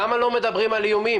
למה לא מדברים על איומים?